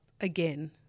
again